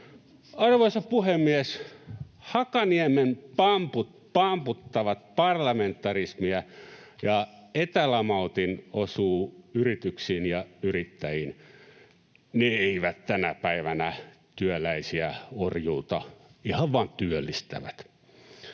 Arvoisa puhemies! Hakaniemen pamput pamputtavat parlamentarismia, ja etälamautin osuu yrityksiin ja yrittäjiin. Ne eivät tänä päivänä työläisiä orjuuta, ihan vaan työllistävät.